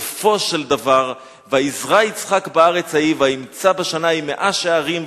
בסופו של דבר: "ויזרע יצחק בארץ ההיא וימצא בשנה ההיא מאה שערים,